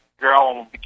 girl